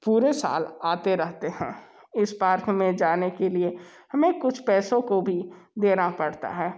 पूरे साल आते रहते हैं इस पार्क में जाने के लिए हमें कुछ पैसों को भी देना पड़ता है